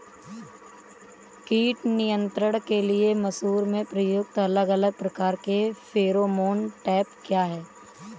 कीट नियंत्रण के लिए मसूर में प्रयुक्त अलग अलग प्रकार के फेरोमोन ट्रैप क्या है?